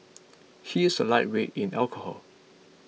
he is a lightweight in alcohol